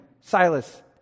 Silas